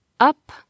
up